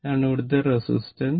ഇഇതാണ് ഇവിടുത്തെ റിസൽറ്റന്റ്